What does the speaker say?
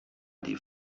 die